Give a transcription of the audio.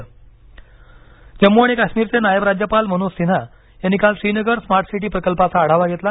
जम्म काश्मीर जम्मू आणि काश्मीरचे नायब राज्यपाल मनोज सिन्हा यांनी काल श्रीनगर स्मार्ट सिटी प्रकल्पाचा आढावा घेतला